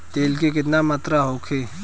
तेल के केतना मात्रा होखे?